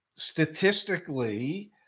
Statistically